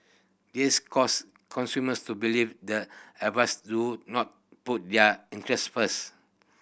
this caused consumers to believe that advisers do not put their interests first